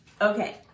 Okay